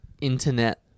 internet